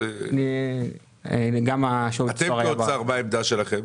מה עמדת האוצר?